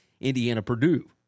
Indiana-Purdue